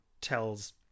tells